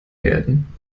werden